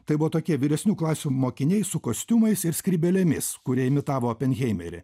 tai buvo tokie vyresnių klasių mokiniai su kostiumais ir skrybėlėmis kurie imitavo openheimerį